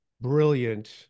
brilliant